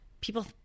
people